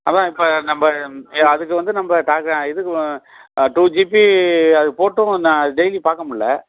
அதுதான் இப்போ நம்ம அதுக்கு வந்து நம்ம டாக்க இதுக்கு டூ ஜிபி அது போட்டும் நான் டெய்லியும் பார்க்க முடில